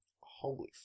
Holy